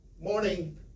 morning